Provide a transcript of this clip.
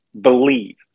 believe